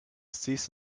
cease